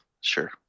Sure